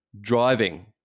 driving